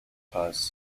has